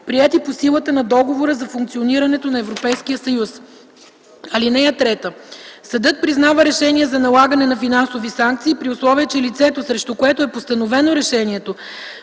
приети по силата на договора за функционирането на Европейския съюз. (3) Съдът признава решение за налагане на финансови санкции, при условие че лицето, срещу което е постановено решението,